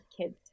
kids